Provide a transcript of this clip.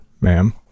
ma'am